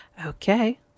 Okay